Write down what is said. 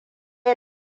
ya